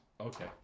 Okay